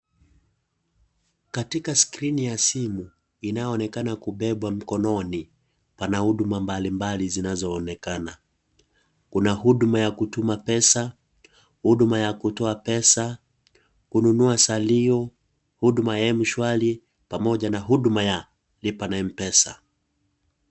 Katika screen ya simu inayoonekana kubeba mkononi pana huduma mbalimbali zinazonekana. Kuna huduma ya kutuma pesa, huduma ya kutoa pesa, kununua salio, hudua ya mshwari pamoja na huduma ya lipa na mpesa.